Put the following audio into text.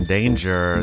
Danger